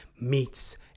Meets